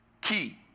key